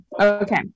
okay